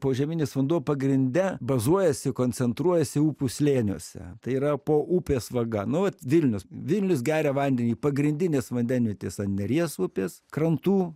požeminis vanduo pagrinde bazuojasi koncentruojasi upių slėniuose tai yra po upės vaga nu vat vilnius vilnius geria vandenį pagrindinės vandenvietės an neries upės krantų